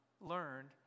learned